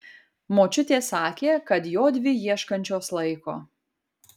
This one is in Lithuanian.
močiutė sakė kad jodvi ieškančios laiko